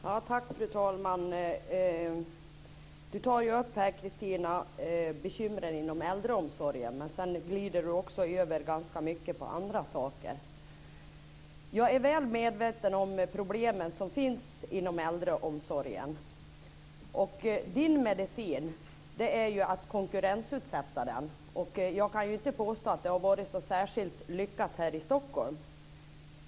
Fru talman! Cristina Husmark Pehrsson tar här upp bekymren inom äldreomsorgen, men sedan glider hon också över ganska mycket till andra saker. Jag är väl medveten om problemen som finns inom äldreomsorgen. Cristinas medicin är att konkurrensutsätta den. Jag kan inte påstå att det har varit särskilt lyckat här i Stockholm.